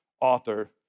author